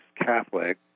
Catholic